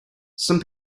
some